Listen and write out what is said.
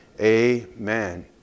amen